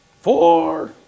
Four